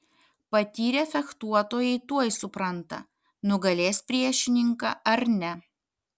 patyrę fechtuotojai tuoj supranta nugalės priešininką ar ne